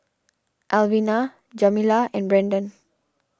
Alvina Jamila and Brandon